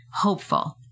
hopeful